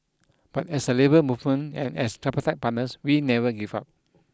but as a labour movement and as tripartite partners we never give up